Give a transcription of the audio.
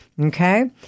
okay